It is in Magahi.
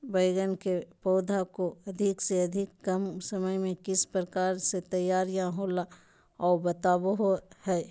बैगन के पौधा को अधिक से अधिक कम समय में किस प्रकार से तैयारियां होला औ बताबो है?